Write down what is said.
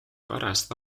pärast